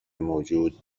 موجود